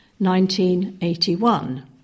1981